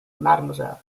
mademoiselle